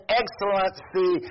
excellency